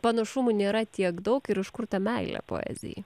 panašumų nėra tiek daug ir iš kur ta meilė poezijai